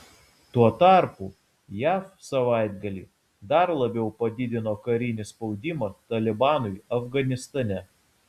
tuo tarpu jav savaitgalį dar labiau padidino karinį spaudimą talibanui afganistane